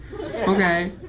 Okay